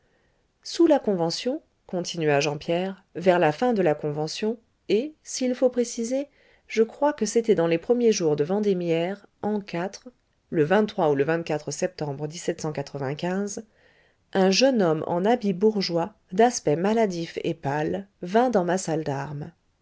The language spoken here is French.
sous la convention continua jean pierre vers la fin de la convention et s'il faut préciser je crois que c'était dans les premiers jours de vendémiaire an iv le ou le septembre un jeune homme en habit bourgeois d'aspect maladif et pâle vint dans ma salle d'armes